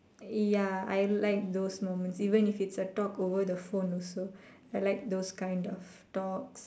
ya I like those moments even if it's a talk over the phone also I like those kind of talks